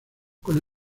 con